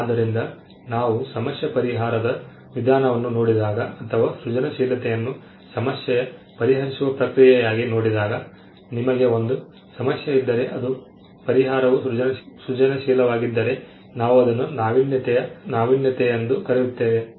ಆದ್ದರಿಂದ ನಾವು ಸಮಸ್ಯೆ ಪರಿಹಾರದ ವಿಧಾನವನ್ನು ನೋಡಿದಾಗ ಅಥವಾ ಸೃಜನಶೀಲತೆಯನ್ನು ಸಮಸ್ಯೆ ಪರಿಹರಿಸುವ ಪ್ರಕ್ರಿಯೆಯಾಗಿ ನೋಡಿದಾಗ ನಿಮಗೆ ಒಂದು ಸಮಸ್ಯೆ ಇದ್ದರೆ ಮತ್ತು ಪರಿಹಾರವು ಸೃಜನಶೀಲವಾಗಿದ್ದರೆ ನಾವು ಅದನ್ನು ನಾವೀನ್ಯತೆ ಎಂದು ಕರೆಯುತ್ತೇವೆ